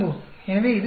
எனவே இது பெரியது